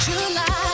July